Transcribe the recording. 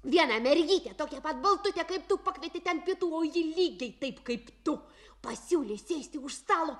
vieną mergytę tokia pat baltutė kaip tu pakvietė ten pietų ji lygiai taip kaip tu pasiūlė sėsti už stalo